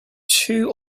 two